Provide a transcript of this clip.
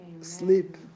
Sleep